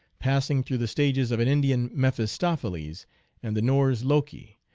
passing through the stages of an indian mephistopheles and the norse loki,